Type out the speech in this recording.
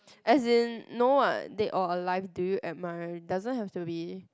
as in no ah dead or alive do you admire doesn't have to be